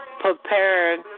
prepared